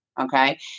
Okay